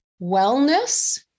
wellness